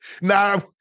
Now